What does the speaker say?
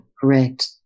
Correct